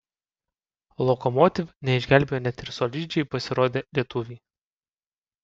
lokomotiv neišgelbėjo net ir solidžiai pasirodę lietuviai